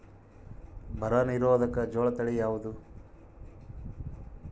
ಬರ ನಿರೋಧಕ ಜೋಳ ತಳಿ ಯಾವುದು?